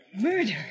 Murder